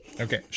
Okay